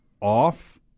off